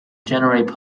generate